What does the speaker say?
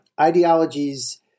ideologies